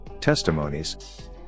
testimonies